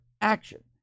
action